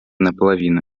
наполовину